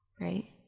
right